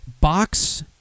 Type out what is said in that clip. box